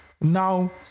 now